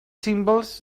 symbols